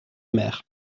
mer